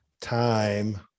time